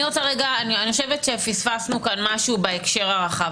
אני חושבת שפספסנו כאן משהו בהקשר הרחב,